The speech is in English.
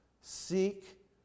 seek